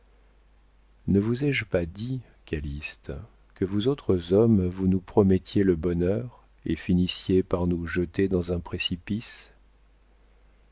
ne vous ai-je pas dit calyste que vous autres hommes vous nous promettiez le bonheur et finissiez par nous jeter dans un précipice